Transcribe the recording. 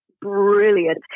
brilliant